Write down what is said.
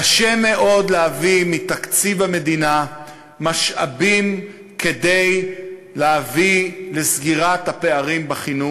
קשה מאוד להביא מתקציב המדינה משאבים כדי להביא לסגירת הפערים בחינוך,